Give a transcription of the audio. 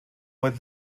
with